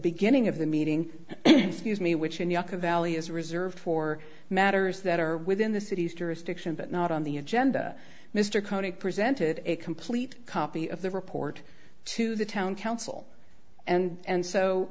beginning of the meeting me which in the uk a valley is reserved for matters that are within the city's jurisdiction but not on the agenda mr coney presented a complete copy of the report to the town council and